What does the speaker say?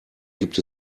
gibt